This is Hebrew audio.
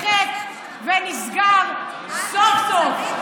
שהוקם בחטא ונסגר סוף-סוף.